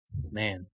man